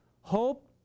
Hope